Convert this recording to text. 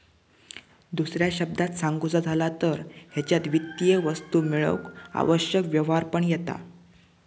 दुसऱ्या शब्दांत सांगुचा झाला तर हेच्यात वित्तीय वस्तू मेळवूक आवश्यक व्यवहार पण येता